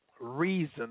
reason